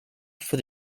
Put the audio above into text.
for